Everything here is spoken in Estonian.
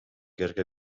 kerge